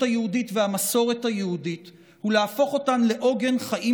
היהודית והמסורת היהודית ולהפוך אותן לעוגן חיים